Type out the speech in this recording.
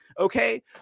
Okay